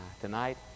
Tonight